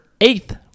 eighth